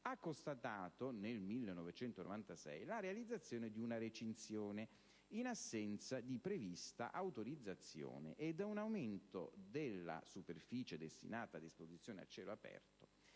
ha constatato nel 1996 la realizzazione di una recinzione in assenza di prevista autorizzazione ed un aumento della superficie destinata ad esposizione a cielo aperto.